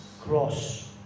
cross